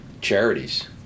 charities